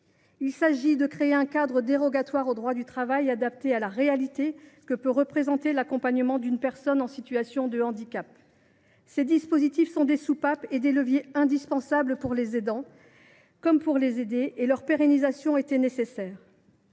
Il s’agit de créer un cadre dérogatoire au droit du travail, adapté à la réalité à laquelle correspond l’accompagnement d’une personne en situation de handicap. Ces dispositifs sont des soupapes et des leviers indispensables pour les aidants, comme pour les aidés ; leur pérennisation est nécessaire.